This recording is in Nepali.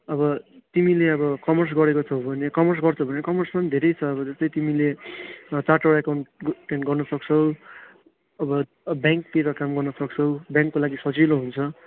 अब तिमीले अब कमर्स गरेको छौ भने कमर्स गर्छौ भने कमर्समा धेरै छ अब जस्तै तिमीले चार्टर एकाउन्टेन्ट गर्न सक्छौ अब ब्याङ्कतिर काम गर्न सक्छौ ब्याङ्कको लागि सजिलो हुन्छ